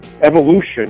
evolution